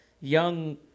young